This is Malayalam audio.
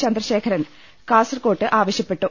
ചന്ദ്രശേഖരൻ കാസർകോട്ട് ആവശ്യപ്പെട്ടു